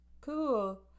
Cool